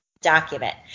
document